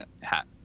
hat